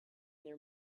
their